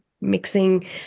mixing